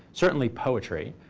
certainly poetry,